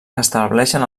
estableixen